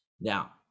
Now